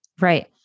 Right